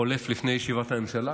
חולף לפני ישיבת הממשלה,